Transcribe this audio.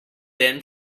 been